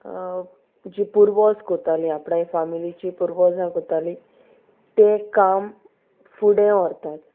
जी पुर्वज करतालीं आपण फॅमिलीची पुर्वजां करतालीं तें काम फुडें व्हरतात